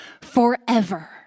forever